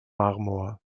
marmor